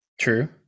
True